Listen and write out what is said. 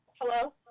Hello